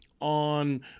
on